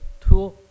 two